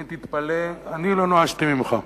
אני, תתפלא, לא נואשתי ממך.